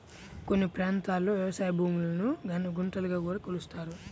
కొన్ని ప్రాంతాల్లో వ్యవసాయ భూములను గుంటలుగా కూడా కొలుస్తారు